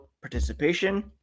participation